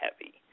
heavy